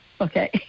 okay